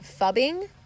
Fubbing